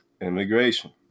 Immigration